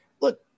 look